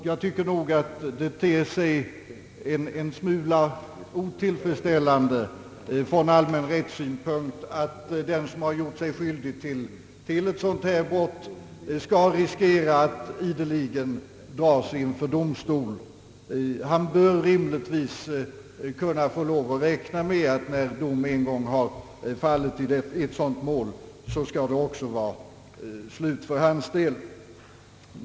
Jag tycker att det ter sig en smula otillfredsställande från allmän rättssynpunkt att den som gjort sig skyldig till ett sådant brott skall riskera att ideligen dras inför domstol. Han bör rimligtvis kunna få lov att räkna med att när dom en gång har fallit i ett sådant mål skall det också vara slut för hans del.